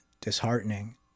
disheartening